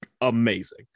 amazing